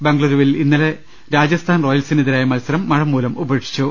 ബംഗലുരുവിൽ ഇന്നലെ രാജസ്ഥാൻ റോയൽസിനെതിരായ മത്സരം മഴമൂലം ഉപേക്ഷിച്ചു